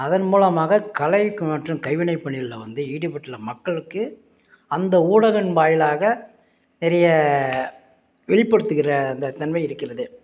அதன் மூலமாக கலைக்கு மற்றும் கைவினை பணிகள்ல வந்து ஈடுப்பட்டுள்ள மக்களுக்கு அந்த ஊடகம் வாயிலாக நிறைய வெளிப்படுத்துகிற அந்த தன்மை இருக்கிறது